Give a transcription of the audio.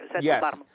Yes